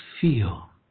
feel